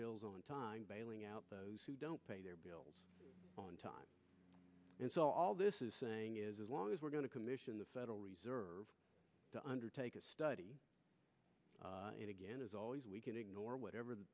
bills on time bailing out those who don't pay their bills on time and so all this is saying is as long as we're going to commission the federal reserve to undertake a study in again as always we can ignore whatever